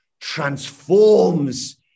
transforms